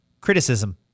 criticism